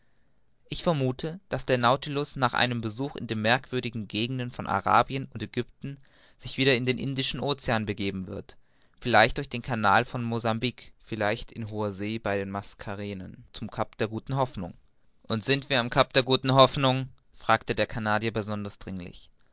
ich vermuthe daß der nautilus nach einem besuch in den merkwürdigen gegenden von arabien und aegypten sich wieder in den indischen ocean begeben wird vielleicht durch den canal von mozambique vielleicht in hoher see bei den mascarenen zu dem cap der guten hoffnung und sind wir am cap der guten hoffnung fragte der canadier besonders dringlich